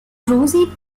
rosie